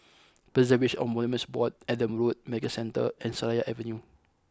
preservation of Monuments Board Adam Road Medical Centre and Seraya Avenue